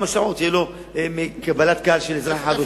שעות תהיה לו קבלת קהל של אחד או שניים.